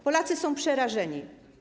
Polacy są przerażeni.